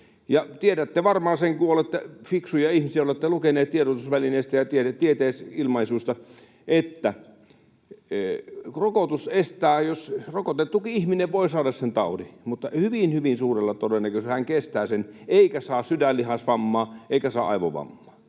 Tiedätte varmaan, kun olette fiksuja ihmisiä ja olette lukeneet tiedotusvälineistä ja tieteisilmaisuista, että vaikka rokotettukin ihminen voi saada sen taudin, hyvin suurella todennäköisyydellä hän kestää sen eikä saa sydänlihasvammaa eikä saa aivovammaa.